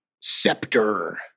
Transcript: Scepter